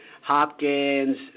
Hopkins